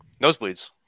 nosebleeds